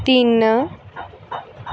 ਤਿੰਨ